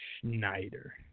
Schneider